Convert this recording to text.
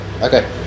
Okay